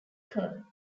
kern